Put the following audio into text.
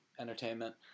entertainment